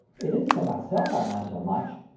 it isn't for myself i mind so much,